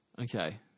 Okay